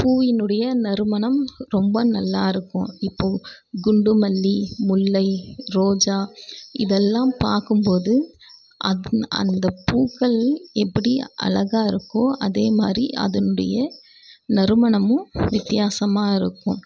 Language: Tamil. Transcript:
பூவினுடைய நறுமணம் ரொம்ப நல்லாயிருக்கும் இப்போது குண்டுமல்லி முல்லை ரோஜா இதெல்லாம் பார்க்கும் போது அந்த பூக்கள் எப்படி அழகா இருக்கோ அதே மாதிரி அதனுடைய நறுமணமும் வித்தியாசமாக இருக்கும்